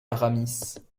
aramis